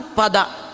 pada